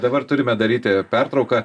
dabar turime daryti pertrauką